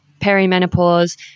perimenopause